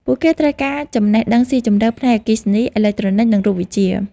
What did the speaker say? ពួកគេត្រូវការចំណេះដឹងស៊ីជម្រៅផ្នែកអគ្គិសនី អេឡិចត្រូនិក និងរូបវិទ្យា។